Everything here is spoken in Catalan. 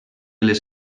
les